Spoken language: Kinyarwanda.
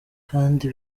kandi